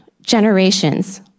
generations